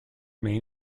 main